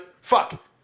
Fuck